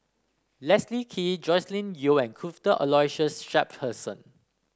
Leslie Kee Joscelin Yeo and Cuthbert Aloysius Shepherdson